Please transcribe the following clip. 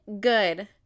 good